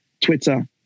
Twitter